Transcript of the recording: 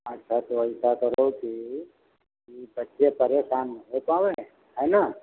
अच्छा तो ऐऐसा करो कि जो बच्चे परेशान ना हो पाएं है ना